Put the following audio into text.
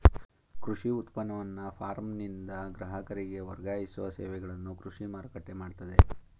ಕೃಷಿ ಉತ್ಪನ್ನವನ್ನ ಫಾರ್ಮ್ನಿಂದ ಗ್ರಾಹಕರಿಗೆ ವರ್ಗಾಯಿಸೋ ಸೇವೆಗಳನ್ನು ಕೃಷಿ ಮಾರುಕಟ್ಟೆ ಮಾಡ್ತದೆ